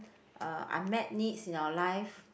uh unmet needs in our life